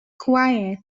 quite